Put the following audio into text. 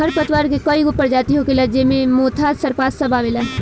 खर पतवार के कई गो परजाती होखेला ज़ेइ मे मोथा, सरपत सब आवेला